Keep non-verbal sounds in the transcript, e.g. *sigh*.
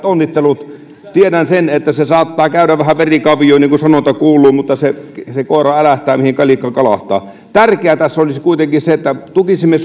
*unintelligible* onnittelut tiedän sen että se saattaa käydä vähän verikavioon niin kuin sanonta kuuluu mutta se se koira älähtää mihin kalikka kalahtaa tärkeää tässä olisi kuitenkin se että tukisimme *unintelligible*